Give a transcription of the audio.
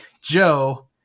Joe